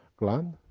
gland.